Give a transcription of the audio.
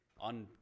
on